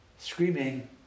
screaming